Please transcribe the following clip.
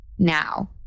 Now